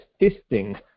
assisting